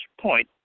point